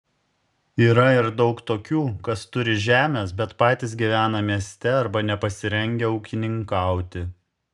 yra ir daug tokių kas turi žemės bet patys gyvena mieste arba nepasirengę ūkininkauti